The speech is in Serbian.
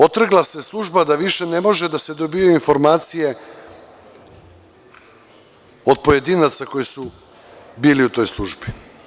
Otrgla se služba da više ne mogu da se dobijaju informacije od pojedinaca koji su bili u toj službi.